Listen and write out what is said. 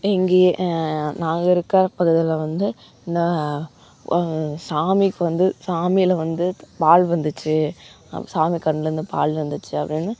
எங்கள் ஏ நாங்கள் இருக்கிற பகுதியில் வந்து இந்த சாமிக்கு வந்து சாமியில வந்து பால் வந்துச்சு சாமி கண்லருந்து பால் வந்துச்சு அப்படின்னு